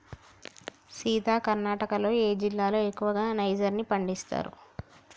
సీత కర్ణాటకలో ఏ జిల్లాలో ఎక్కువగా నైజర్ ని పండిస్తారు